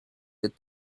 that